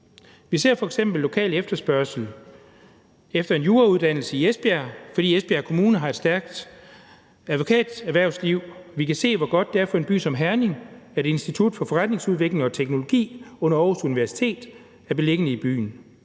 Vi ser f.eks. lokal efterspørgsel efter en jurauddannelse i Esbjerg, fordi Esbjerg Kommune har et stærkt advokaterhvervsliv. Vi kan se, hvor godt det er for en by som Herning, at Institut for Forretningsudvikling og Teknologi under Aarhus Universitet er beliggende i byen.